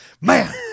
Man